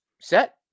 set